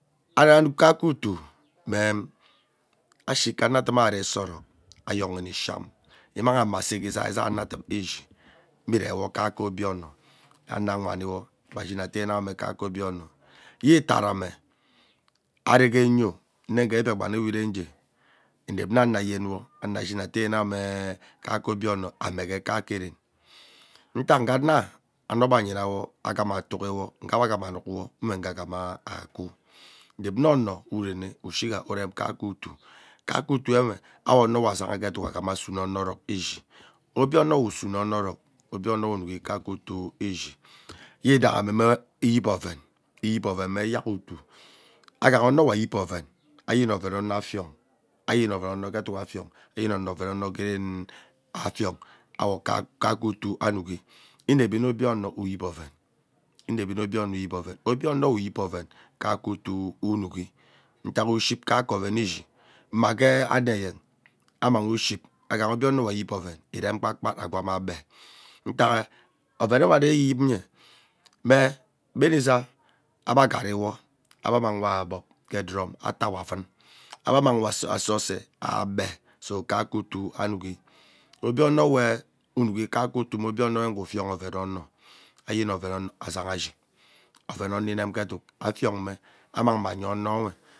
Agham kaeke utuu uree ishi ike anadune are orok ayoni sham m immamanghe ama ese gee izai izai anodum ishi mme iremiwo kaeke obie ono ano awani wo agbe ishini etee awoo mme kaeke yee itarane mee aree gee nyoo nne gee biakpanewe iree ngee inep nmah ono ayen wo ano ashini atee awo mme kaeke obie ono emenghee kaeke ren. ntak ugee anaa ano gbe anyhenawo agh ama tigiwo agha ebe agham anuk wo mme ngee gbana akwu inep mme ono urene ushiga urem kaeke utuu kaeke utuu we ano we zagha gee eduk aghama sume ono orok gee ishi obie ono we usume orok, obie ono we inukhi kaeke utuu ishi yidahi ame mme iyep oven iyep oven me mme eyak utuu aghaha ono we ayep oven ayeni oven ationg ayeni oven ono gee eduk afiong ayeni oven ono geene afiong akae kaeke utuu anukhi inevi nne obio ono iyep oven inevi nne obie ono uyep oven obie ono we uyep oven kaeke utuu unukhi ntak uyep kaeke oven ishi mme gee ano eyen amanghi uship aghaha obie ono wa ayep oven erem gba kpak agham agbee utakhe oveneve are eyep eyep nyee mme gbemi zaa abe gharawo abe mmanwo agbob ke drum atawo ayen abe amangwo ase ose agbee so kaeke utuu anukhi obie ono we unukhi kaeke utu mme obie ono we ngee ufiong oven ono. eyini oven zagha ashig. oven ono inem gee eduk afiong me ammanngme anye ono nwe.